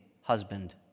husband